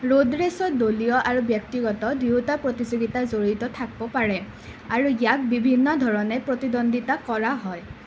road ৰেচত দলীয় আৰু ব্যক্তিগত দুয়োটা প্ৰতিযোগিতা জড়িত থাকিব পাৰে আৰু ইয়াক বিভিন্ন ধৰণে প্ৰতিদ্বন্দিতা কৰা হয়